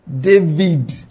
David